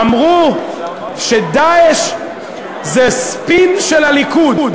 אמרו ש"דאעש" זה ספין של הליכוד.